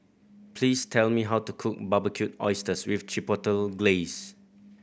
please tell me how to cook Barbecued Oysters with Chipotle Glaze